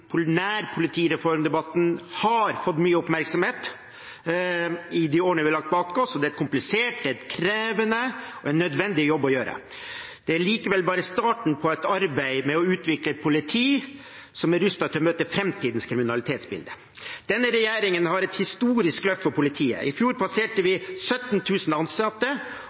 har fått mye oppmerksomhet i de årene vi har lagt bak oss. Det er komplisert, krevende og en nødvendig jobb å gjøre. Det er likevel bare starten på et arbeid med å utvikle et politi som er rustet til å møte framtidens kriminalitetsbilde. Denne regjeringen har et historisk løft for politiet. I fjor passerte vi 17 000 ansatte;